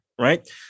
Right